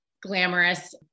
glamorous